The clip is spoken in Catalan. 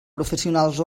professionals